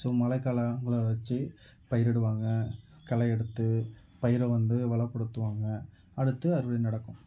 so மழை காலம் உணர வச்சு பயிரிடுவாங்க களை எடுத்து பயிரை வந்து வளர்ப்படுத்துவாங்க அடுத்து அறுவடை நடக்கும்